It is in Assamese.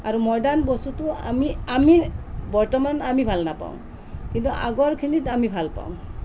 আৰু মডাৰ্ণ বস্তুটো আমি আমি বৰ্তমান আমি ভাল নাপাওঁ কিন্তু আগৰখিনিত আমি ভাল পাওঁ